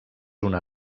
una